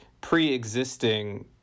pre-existing